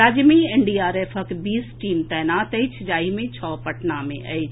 राज्य मे एनडीआरएफक बीस टीम तैनात अछि जाहि मे छओ पटना मे अछि